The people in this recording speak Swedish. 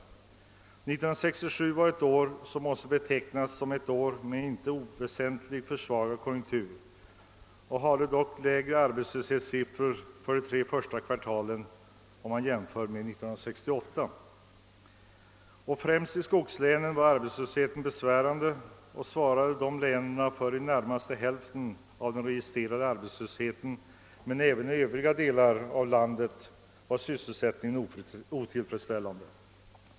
1967 måste betecknas som ett år med en icke oväsentligt försvagad konjunktur. Vi hade dock då lägre arbetslöshetssiffror för de tre första kvartalen än under motsvarande tid 1968. Arbetslösheten var besvärande framför allt i skogslänen, som svarade för i det närmaste hälften av den registrerade arbetslösheten. Men även i övriga delar av landet var sysselsättningen otillfredsställande.